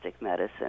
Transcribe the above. medicine